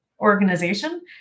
organization